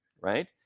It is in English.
Right